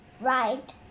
right